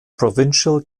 provincial